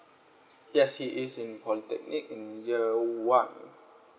yes he is in polytechnic in year one